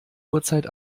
uhrzeit